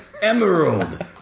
emerald